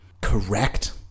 correct